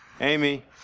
Amy